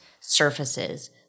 surfaces